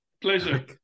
Pleasure